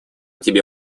тебе